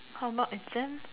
how not exams